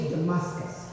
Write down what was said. Damascus